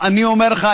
אני אומר לך,